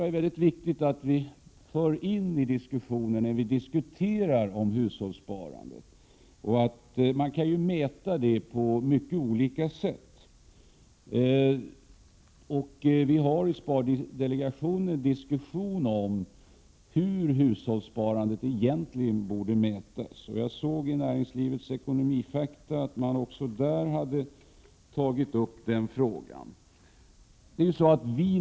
Det är väldigt viktigt att vi för in detta i diskussionen när det gäller hushållssparandet. Man kan mäta hushållssparandet på många olika sätt, och i spardelegationen diskuterar vi hur hushållssparandet egentligen borde mätas. Jag läste i Näringslivets ekonomifakta att man också där har tagit upp den frågan.